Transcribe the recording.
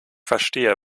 verstehe